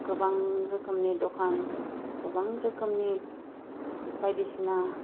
गोबां रोखोमनि दखान आरो गोबां रोखोमनि बायदिसिना